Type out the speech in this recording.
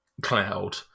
cloud